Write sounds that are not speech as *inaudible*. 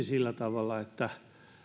*unintelligible* sillä tavalla että